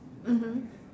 mmhmm